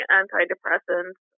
antidepressants